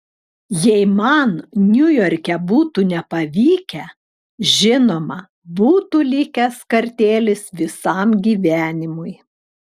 jei man niujorke būtų nepavykę žinoma būtų likęs kartėlis visam gyvenimui